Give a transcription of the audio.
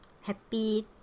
Happy